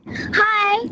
Hi